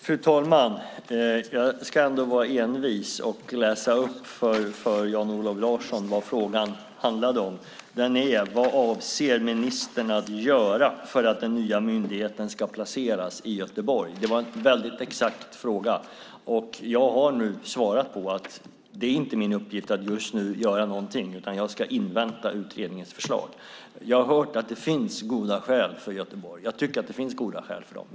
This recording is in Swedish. Fru talman! Jag ska ändå vara envis, Jan-Olof Larsson, och läsa upp vad frågan handlade om. Frågan var: Vad avser ministern att göra för att den nya myndigheten ska placeras i Göteborg? Det var en exakt fråga. Och jag har nu svarat att det inte är min uppgift att just nu göra någonting, utan jag ska invänta utredningens förslag. Jag har hört att det finns goda skäl som talar för Göteborg. Jag tycker att det finns goda skäl som talar för Göteborg.